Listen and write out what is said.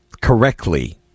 correctly